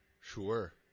sure